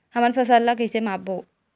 हमन फसल ला कइसे माप बो?